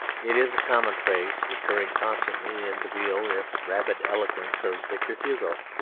it is a common phrase, recurring constantly in the real if rabid eloquence of victor hugo,